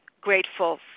grateful